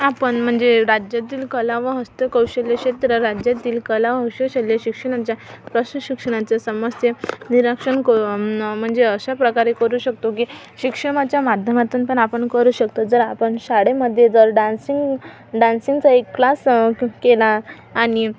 आपण म्हणजे राज्यातील कला व हस्तकौशल्य क्षेत्र राज्यातील कला व शैल्य शिक्षणांच्या प्रशिक शिक्षणांचं समस्ये निरक्षन क नं म्हणजे अशा प्रकारे करू शकतो की शिक्षणाच्या माध्यमातून पण आपण करू शकतो जर आपण शाळेमध्ये जर डान्सिंग डान्सिंगचा एक क्लास कं केला आणी